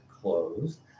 closed